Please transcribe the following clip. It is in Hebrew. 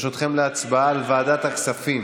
ברשותכם להצבעה על ועדת הכספים.